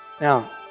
Now